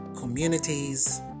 communities